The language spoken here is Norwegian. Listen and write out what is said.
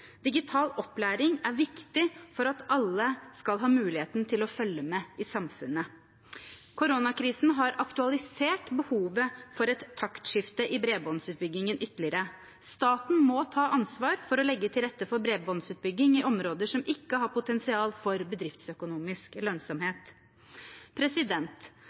Digital opplæring er viktig for at alle skal ha muligheten til å følge med i samfunnet. Koronakrisen har aktualisert behovet for et taktskifte i bredbåndsutbyggingen ytterligere. Staten må ta ansvar for å legge til rette for bredbåndsutbygging i områder som ikke har potensial for bedriftsøkonomisk lønnsomhet.